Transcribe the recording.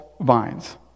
vines